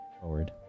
forward